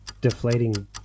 Deflating